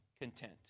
content